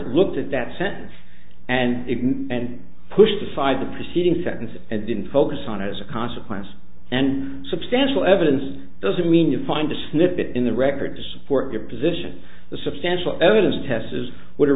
looked at that sentence and it and pushed aside the preceding sentence and didn't focus on it as a consequence and substantial evidence doesn't mean you find a snippet in the record to support your position the substantial evidence test is